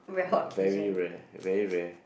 but very rare very rare